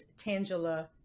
Tangela